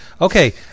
Okay